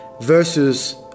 versus